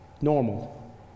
normal